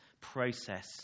process